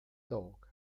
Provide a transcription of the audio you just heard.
dag